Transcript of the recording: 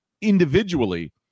individually